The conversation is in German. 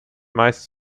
meist